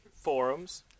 Forums